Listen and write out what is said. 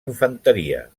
infanteria